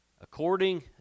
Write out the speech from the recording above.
According